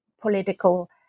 political